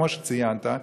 כמו שציינת.